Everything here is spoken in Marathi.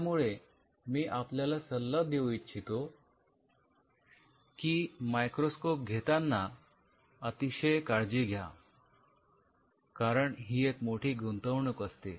यामुळे मी आपल्याला सल्ला देऊ इच्छितो की मायक्रोस्कोप घेताना अतिशय काळजी घ्या या कारण ही एक मोठी गुंतवणूक असते